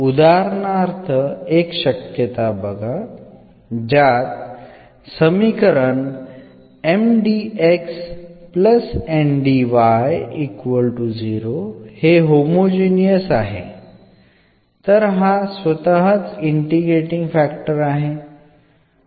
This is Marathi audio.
उदाहरणार्थ एक शक्यता बघा ज्यात समीकरण हे होमोजिनियस आहे तर हा स्वतःच इंटिग्रेटींग फॅक्टर आहे